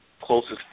closest